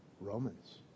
Romans